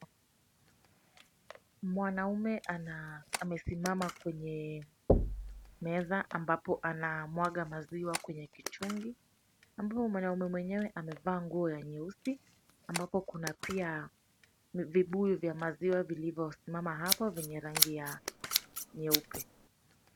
Mwanaume amesimama kwenye meza ambapo anamwaga maziwa kwenye kichungi. Tunaambiwa mwanaume mwenyewe amevaa nguo ya nyeusi ambapo kuna pia vibuyu vya maziwa vilivyosimama hapo vyenye rangi nyeupe.